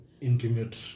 intimate